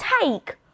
take